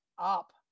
up